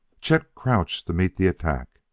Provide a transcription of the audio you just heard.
chet crouched to meet the attack.